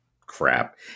crap